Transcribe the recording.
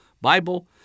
Bible